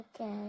Okay